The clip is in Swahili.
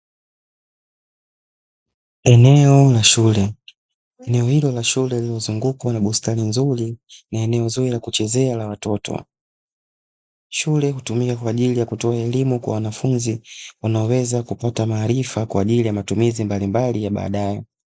Eneo la shule eneo hilo la shule lililozungukwa na bustani nzuri na eneo zuri la kuchezea la watoto. Shule hutumika kwajili ya kutoa elimu kwa wanafunzi wanaoweza kupata maarifa kwaajili ya matumizi mbalimbali ya badae.